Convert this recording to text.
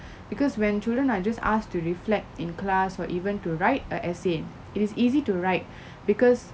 because when children are just asked to reflect in class or even to write a essay it is easy to write because